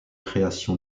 création